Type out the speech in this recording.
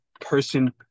person